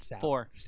Four